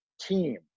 team